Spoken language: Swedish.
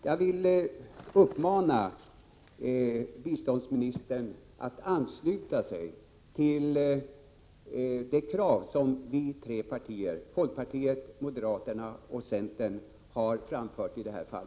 Jag vill uppmana biståndsministern att ansluta sig till de krav som vi tre partier, folkpartiet, moderaterna och centern, har framfört i detta fall.